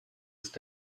ist